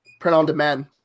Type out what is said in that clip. print-on-demand